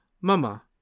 mama